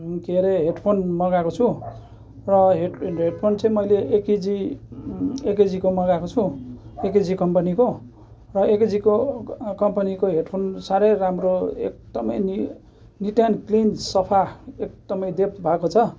के अरे हेडफोन मगाएको छु र हेडफोन चाहिँ मैले एकेजी एकेजीको मगाएको छु एकेजी कम्पनीको र एकेजीको कम्पनीको हेडफोन साह्रै राम्रो एकदमै नि निट एन्ड क्लिन सफा एकदमै देप्थ भएको छ